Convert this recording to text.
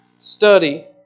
Study